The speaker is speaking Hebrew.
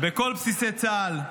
בכל בסיסי צה"ל,